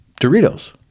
Doritos